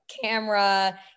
camera